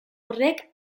horrek